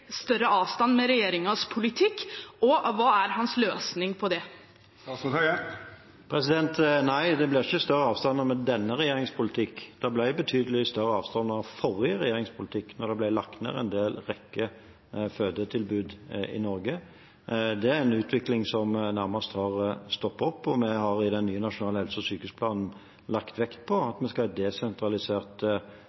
større avstand med regjeringens politikk? Hva er hans løsning på det? Nei, det blir ikke større avstander med denne regjeringens politikk, det ble betydelig større avstander med forrige regjerings politikk, da det ble lagt ned en rekke fødetilbud i Norge. Det er en utvikling som nærmest har stoppet opp, og vi har i den nye nasjonale helse- og sykehusplanen lagt vekt på